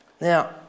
Now